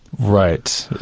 right.